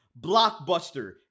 blockbuster